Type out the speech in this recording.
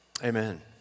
Amen